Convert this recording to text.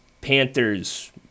Panthers